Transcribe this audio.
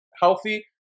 healthy